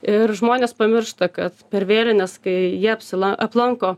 ir žmonės pamiršta kad per vėlines kai jie apsila aplanko